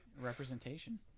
Representation